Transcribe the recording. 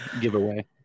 giveaway